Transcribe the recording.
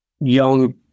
young